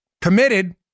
committed